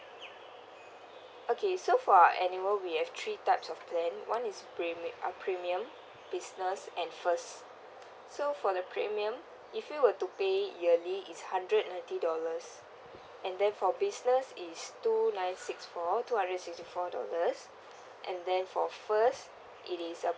okay so for our annual we have three types of plan one is premium uh premium business and first so for the premium if you were to pay yearly is hundred ninety dollars and then for business it's two nine six four two hundred and sixty four dollars and then for first it is a~